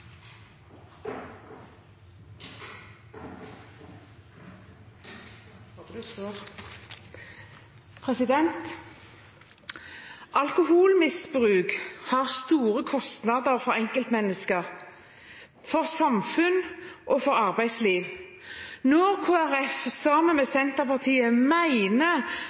mitt. Alkoholmisbruk har store kostnader for enkeltmennesker, samfunn og arbeidsliv. Når Kristelig Folkeparti, sammen med Senterpartiet,